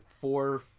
four